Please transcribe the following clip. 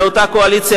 לאותה קואליציה,